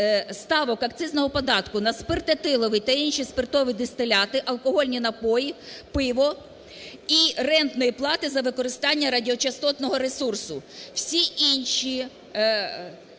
ставок акцизного податку на спирт етиловий та інші спиртові дистиляти, алкогольні напої, пиво і рентної плати за використання радіочастного ресурсу. Всі інші...